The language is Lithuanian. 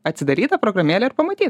atsidaryt tą programėlę ir pamatyt